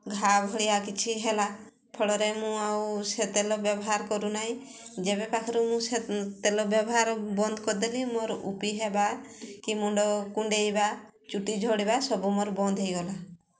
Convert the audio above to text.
ଘାଆ ଭଳିଆ କିଛି ହେଲା ଫଳରେ ମୁଁ ଆଉ ସେ ତେଲ ବ୍ୟବହାର କରୁନାହିଁ ଯେବେ ପାଖରୁ ମୁଁ ସେ ତେଲ ବ୍ୟବହାର ବନ୍ଦ କରିଦେଲି ମୋର ରୁପି ହେବା କି ମୁଣ୍ଡ କୁଣ୍ଡେଇବା ଚୁଟି ଝଡ଼ିବା ସବୁ ମୋର ବନ୍ଦ ହୋଇଗଲା